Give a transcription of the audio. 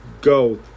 Go